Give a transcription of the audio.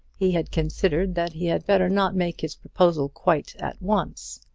he had considered that he had better not make his proposal quite at once.